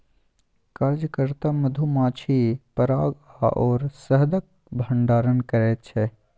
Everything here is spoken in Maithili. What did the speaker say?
कार्यकर्ता मधुमाछी पराग आओर शहदक भंडारण करैत छै